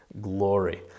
glory